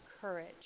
courage